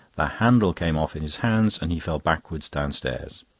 the handle came off in his hands, and he fell backwards downstairs.